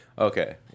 Okay